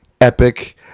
epic